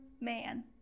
man